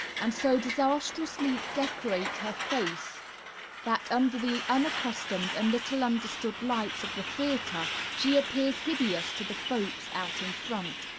and so disastrously decorate her face that under the unaccustomed and little understood lights of the theatre she appears hideous to the folks out in front.